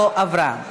לא נתקבלה.